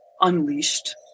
unleashed